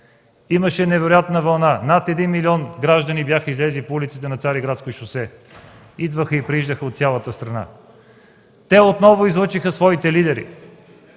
имаше невероятно вълна – над 1 милион граждани бяха излезли по улиците на Цариградско шосе, идваха и прииждаха от цялата страна. Те отново излъчиха своите лидери.